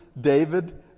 David